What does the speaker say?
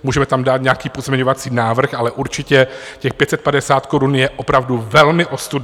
Můžeme tam dát nějaký pozměňovací návrh, ale určitě těch 550 korun je opravdu velmi ostudných.